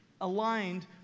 aligned